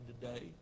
today